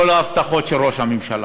כל ההבטחות של ראש הממשלה,